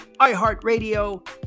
iHeartRadio